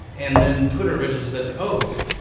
and then, twitter eventually said, oh.